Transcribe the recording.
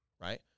right